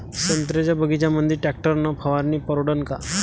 संत्र्याच्या बगीच्यामंदी टॅक्टर न फवारनी परवडन का?